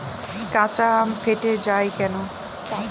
কাঁচা আম ফেটে য়ায় কেন?